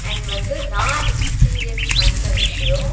and வந்து நான் experience பண்ண விஷயம்